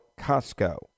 Costco